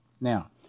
Now